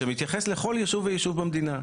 שמתייחס לכל ישוב וישוב במדינה,